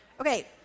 Okay